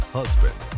husband